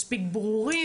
מן הסתם, התנאים אחרים.